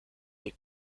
the